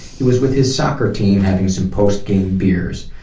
he was with his soccer team having some post-game beers.